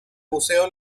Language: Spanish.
museo